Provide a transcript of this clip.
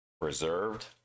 reserved